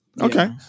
Okay